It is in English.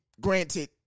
granted